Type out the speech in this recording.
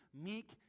meek